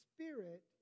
Spirit